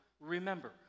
remember